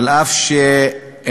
אף שלא